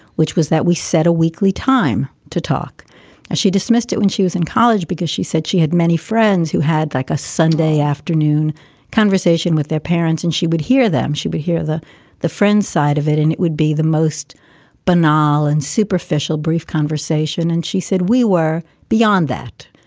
which was that we set a weekly time to talk and she dismissed it when she was in college because she said she had many friends who had like a sunday afternoon conversation with their parents. and she would hear them. she would hear the the friend's side of it, and it would be the most banal and superficial brief conversation. and she said we were beyond that.